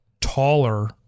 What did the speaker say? taller